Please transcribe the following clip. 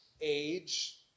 age